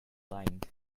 lined